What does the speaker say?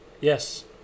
Yes